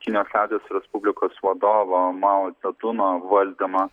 kinijos liaudies respublikos vadovo mao dzeduno valdymo